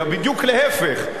אלא בדיוק להיפך,